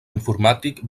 informàtic